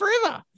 forever